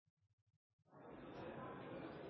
Da vil jeg starte med å si